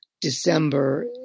December